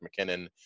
McKinnon